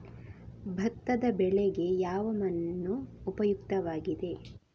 ಭತ್ತದ ಬೆಳೆಗೆ ಯಾವ ಮಣ್ಣು ಉಪಯುಕ್ತವಾಗಿದೆ?